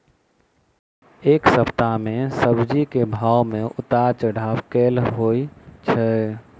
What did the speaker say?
एक सप्ताह मे सब्जी केँ भाव मे उतार चढ़ाब केल होइ छै?